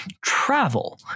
Travel